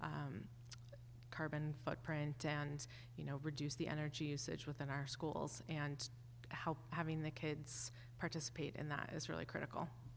carbon footprint and you know reduce the energy usage within our schools and how having the kids participate in that is really critical